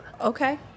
Okay